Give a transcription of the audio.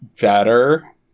better